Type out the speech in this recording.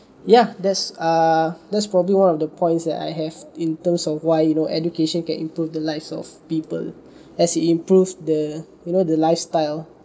yeah that's uh that's probably one of the points that I have in terms of why you know education can improve the lives of people as it improved the you know the lifestyle